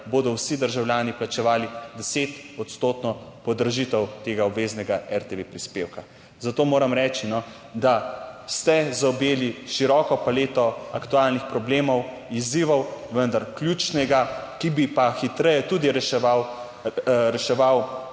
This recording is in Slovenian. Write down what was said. vsi državljani plačevali 10 % podražitev tega obveznega RTV prispevka. Moram reči, da ste zaobjeli široko paleto aktualnih problemov, izzivov, vendar ključnega, ki bi pa hitreje tudi reševal